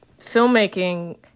filmmaking